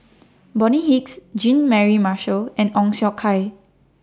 Bonny Hicks Jean Mary Marshall and Ong Siong Kai